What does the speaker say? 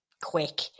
quick